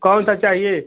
कौन सा चाहिए